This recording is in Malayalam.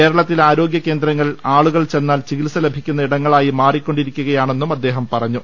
കേരളത്തിലെ ആരോഗ്യ കേന്ദ്രങ്ങൾ ആളുകൾ ചെന്നാൽ ചികിത്സ ലഭിക്കുന്ന ഇടങ്ങളായി മാറിക്കൊണ്ടിരിക്കുകയാണെന്നും അദ്ദേഹം പറഞ്ഞു